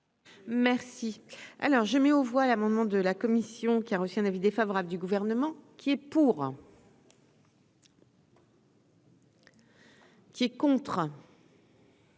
Merci, alors je mets aux voix l'amendement de la commission qui a reçu un avis défavorable du gouvernement qui est pour. Qui est contre.